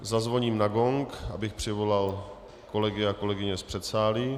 Zazvoním na gong, abych přivolal kolegy a kolegyně z předsálí.